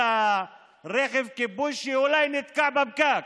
לרכב כיבוי שאולי נתקע בפקק.